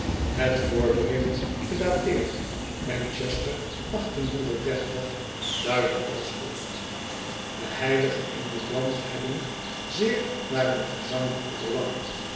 het voorbericht gedateerd manchester luidde als volgt de heiligen in dit land hebben zeer naar een gezangboek verlangd